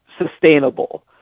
sustainable